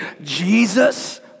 Jesus